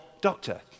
doctor